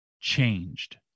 changed